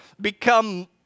become